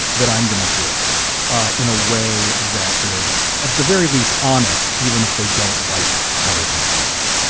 that i'm going to do it in a way that is at the very least honest, even if they don't like how they come across.